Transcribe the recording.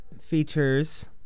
features